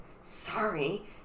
sorry